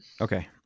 Okay